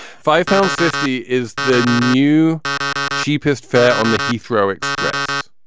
five pounds fifty is the new cheapest fare on the heathrow express.